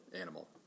animal